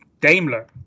Daimler